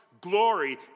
Glory